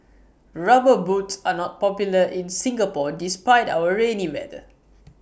rubber boots are not popular in Singapore despite our rainy weather